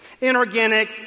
inorganic